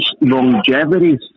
longevity